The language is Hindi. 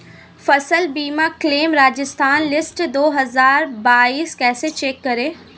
फसल बीमा क्लेम राजस्थान लिस्ट दो हज़ार बाईस कैसे चेक करें?